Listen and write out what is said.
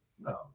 No